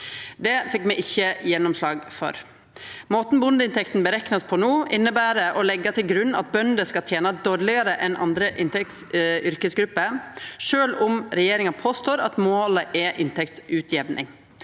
Det fekk me ikkje gjennomslag for. Måten bondeinntekta vert berekna på no, inneber å leggja til grunn at bønder skal tena dårlegare enn andre yrkesgrupper, sjølv om regjeringa påstår at målet er inntektsutjamning.